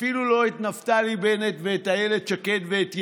אפילו לא את נפתלי בנט ואת איילת שקד ואת ימינה,